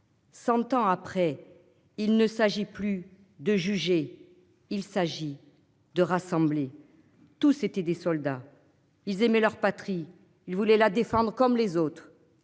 100 ans après, il ne s'agit plus de juger. Il s'agit de rassembler. Tous, c'était des soldats. Ils aimaient leur patrie. Il voulait la défendre comme les autres.